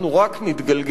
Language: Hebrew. אנחנו רק נתגלגל,